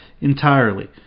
entirely